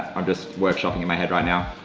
i'm just workshopping in my head right now.